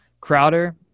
Crowder